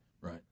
Right